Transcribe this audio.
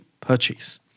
purchase